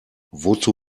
wozu